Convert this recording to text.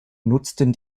nutzten